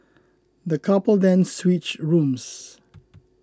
the couple then switched rooms